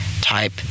type